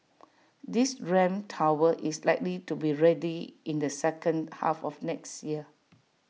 this ramp tower is likely to be ready in the second half of next year